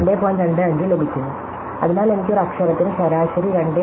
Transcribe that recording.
25 ലഭിക്കുന്നു അതിനാൽ എനിക്ക് ഒരു അക്ഷരത്തിന് ശരാശരി 2